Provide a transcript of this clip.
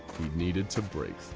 he'd need to break through.